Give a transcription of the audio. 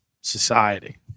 society